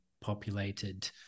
populated